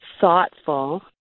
thoughtful